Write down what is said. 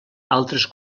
altres